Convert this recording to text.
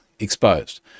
exposed